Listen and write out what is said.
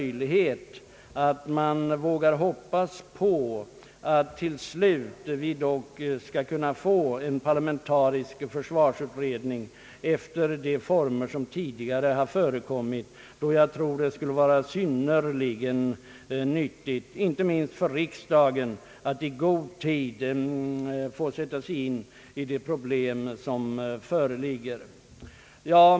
Jag vågar hoppas att vi dock till slut skall få en parlamentarisk försvarsutredning enligt de former som tidigare har tillämpats. Jag tror att det skulle vara synnerligen nyttigt, inte minst för riksdagen, att i god tid sätta sig in i de problem som föreligger.